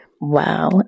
Wow